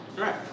Right